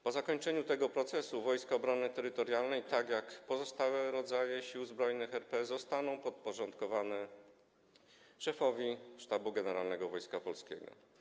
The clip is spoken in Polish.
Po zakończeniu tego procesu Wojska Obrony Terytorialnej, tak jak pozostałe rodzaje Sił Zbrojnych RP, zostaną podporządkowane szefowi Sztabu Generalnego Wojska Polskiego.